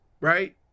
right